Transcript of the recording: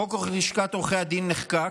חוק לשכת עורכי הדין נחקק,